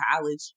college